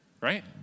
Right